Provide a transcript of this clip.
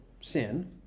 sin